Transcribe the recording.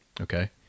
okay